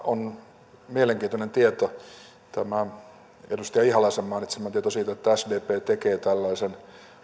on mielenkiintoinen tieto tämä edustaja ihalaisen mainitsema tieto että sdp tekee tällaisen